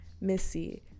Missy